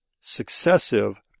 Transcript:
successive